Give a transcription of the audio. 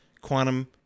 quantum